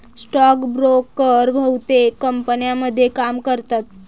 stock broker बहुतेक कंपन्यांमध्ये काम करतात